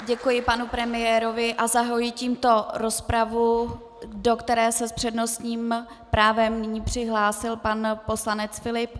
Děkuji panu premiérovi a zahajuji tímto rozpravu, do které se s přednostním právem nyní přihlásil pan poslanec Filip.